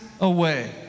away